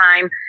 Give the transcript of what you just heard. time